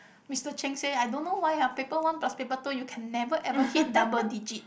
Mister Cheng say I don't know why ah paper one plus paper two you can never ever hit double digit